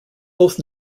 both